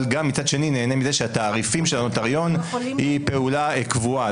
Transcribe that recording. אבל מצד שני נהנה מהתעריפים של הנוטריון היא פעולה קבועה.